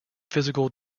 physical